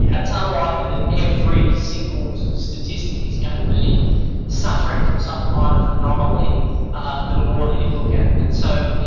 yeah it's ah unlikely that every single statistic is going to be suffering from some kind of anomaly the more that you look at. and so, yeah